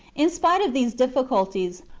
in spite of these difficulties,